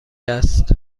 است